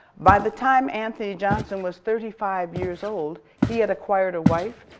by the time anthony johnson was thirty five years old, he had acquired a wife,